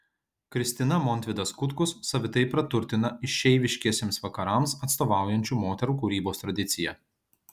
kristina montvidas kutkus savitai praturtina išeiviškiesiems vakarams atstovaujančių moterų kūrybos tradiciją